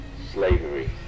slavery